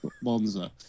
monza